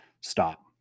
stop